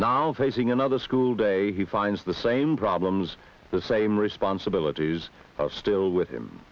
now facing another school day he finds the same problems the same responsibilities still with